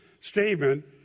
statement